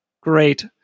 great